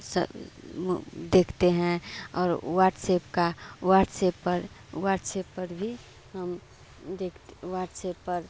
सब देखते हैं और व्हाटसेप का व्हाटसेप पर व्हाटसेप पर भी हम देखते व्हाटसेप पर